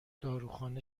داروخانه